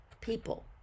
people